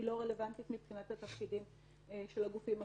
לא רלוונטית מבחינת התפקידים של הגופים הפיננסים,